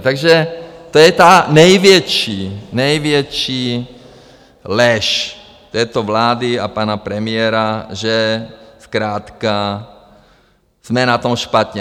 To je ta největší, největší lež této vlády a pana premiéra, že zkrátka jsme na tom špatně.